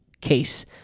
case